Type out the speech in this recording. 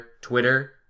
Twitter